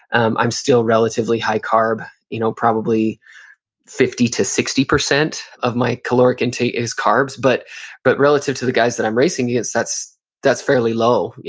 i'm i'm still relatively high-carb you know probably fifty to sixty percent of my caloric intake is carbs, but but relative to the guys that i'm racing against, that's that's fairly low. you